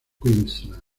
queensland